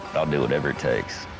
i'll do whatever it takes.